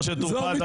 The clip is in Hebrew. משה טור פז,